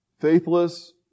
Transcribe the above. faithless